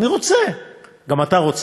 אני רוצה, גם אתה רוצה.